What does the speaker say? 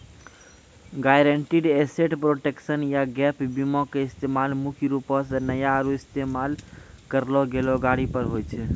guaranteed asset protection या gap बीमा के इस्तेमाल मुख्य रूपो से नया आरु इस्तेमाल करलो गेलो गाड़ी पर होय छै